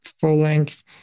full-length